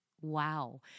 wow